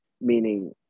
meaning